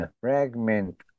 fragment